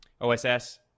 OSS